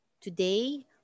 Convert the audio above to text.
Today